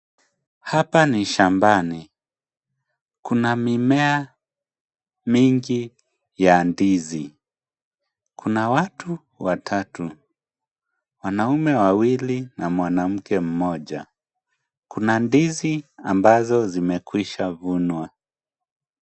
Hapa ni shambani. Kuna mimea mingi ya ndizi. Kuna watu watatu. Wanaume wawili na mwanamke mmoja. Kuna ndizi ambazo zimekwisha vunwa.